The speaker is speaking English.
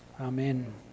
Amen